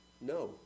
No